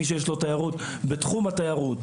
מי שיש לו תיירות בתחום התיירות,